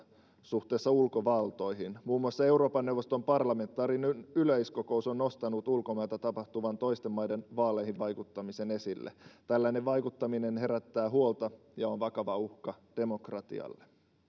suhteessa ulkovaltoihin muun muassa euroopan neuvoston parlamentaarinen yleiskokous on nostanut ulkomailta tapahtuvan toisten maiden vaaleihin vaikuttamisen esille tällainen vaikuttaminen herättää huolta ja on vakava uhka demokratialle arvoisa